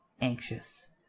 anxious